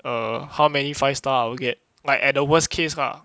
uh how many five star I will get like at the worst case lah